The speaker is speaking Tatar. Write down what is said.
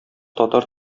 татар